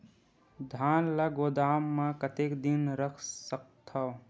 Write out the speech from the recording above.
धान ल गोदाम म कतेक दिन रख सकथव?